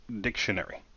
Dictionary